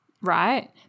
right